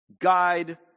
guide